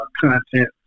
content